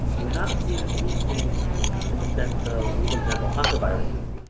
we're not seeing anything in the sense of for example, hantaviruses,